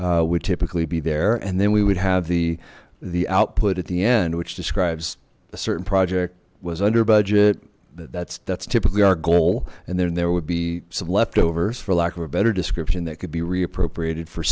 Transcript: typically be there and then we would have the the output at the end which describes a certain project was under budget that's that's typically our goal and then there would be some leftovers for lack of a better description that could